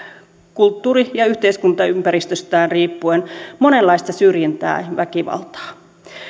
kulttuuri ja yhteiskuntaympäristöstään riippuen monenlaista syrjintää ja väkivaltaa